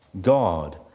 God